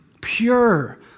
pure